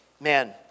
Man